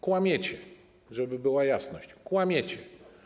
Kłamiecie, żeby była jasność: kłamiecie.